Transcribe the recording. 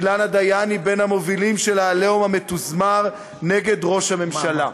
אילנה דיין היא בין המובילים של ה"עליהום" המתוזמר נגד ראש הממשלה.